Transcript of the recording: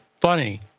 funny